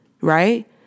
right